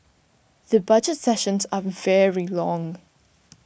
the Budget sessions are very long